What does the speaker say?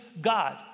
God